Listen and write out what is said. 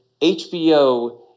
HBO